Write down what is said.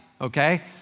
okay